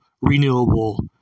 renewable